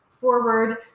forward